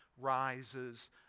rises